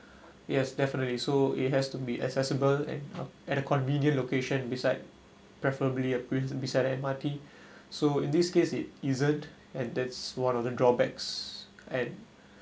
yes definitely so it has to be accessible and a and a convenient location beside preferably beside the M_R_T so in this case it isn't and that's one of the drawbacks and